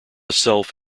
self